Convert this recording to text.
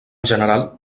general